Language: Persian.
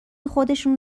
خودشون